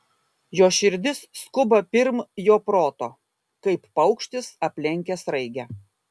jo širdis skuba pirm jo proto kaip paukštis aplenkia sraigę